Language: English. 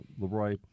Leroy